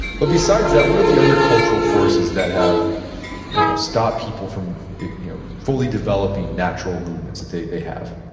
but besides that, what are the other cultural forces that have and stopped people from you know fully developing natural movements that they they have?